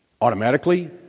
Automatically